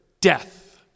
death